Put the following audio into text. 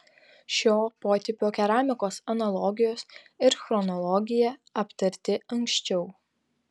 šio potipio keramikos analogijos ir chronologija aptarti anksčiau